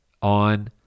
on